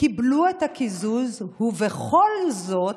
קיבלו את הקיזוז, ובכל זאת,